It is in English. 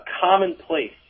commonplace